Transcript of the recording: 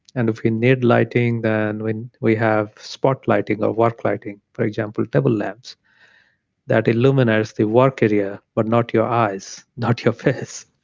and if we need lighting, then we have spot lighting or work lighting, for example, table lamps that illuminate the work area, but not your eyes, not your face,